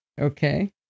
Okay